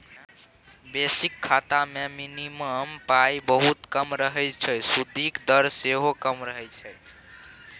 basic खाता मे minimum पाइ बहुत कम रहय छै सुदिक दर सेहो कम रहय छै